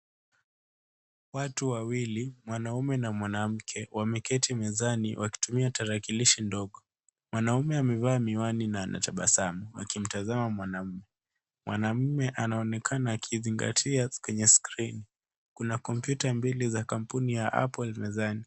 Watu wawili, mwanaume na mwanamke, wameketi mezani, wakitumia tarakilishi ndogo. Mwanaume amevaa miwani na anatabasamu akimtazama mwanamke. Mwanaume anaonekana akizingatia kwenye skrini. Kuna kompyuta mbili za kampuni ya Apple mezani.